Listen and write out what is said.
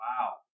Wow